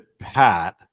Pat